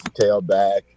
tailback